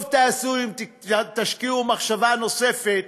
טוב תעשו אם תשקיעו מחשבה נוספת